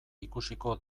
ikusiko